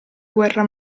guerra